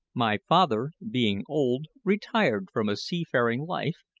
my father, being old, retired from a seafaring life,